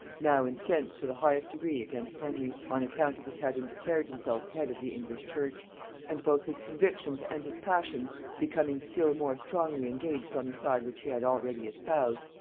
now incensed to the highest degree against henry, on account of his having declared himself head of the english church and both his convictions and his passions becoming still more strongly engaged on the side which he had already espoused,